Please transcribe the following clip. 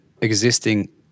existing